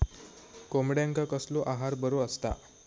कोंबड्यांका कसलो आहार बरो असता?